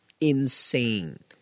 insane